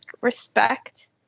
respect